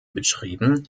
beschrieben